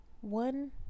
one